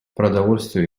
продовольствие